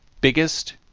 biggest